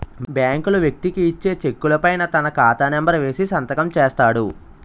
బ్యాంకులు వ్యక్తికి ఇచ్చే చెక్కుల పైన తన ఖాతా నెంబర్ వేసి సంతకం చేస్తాడు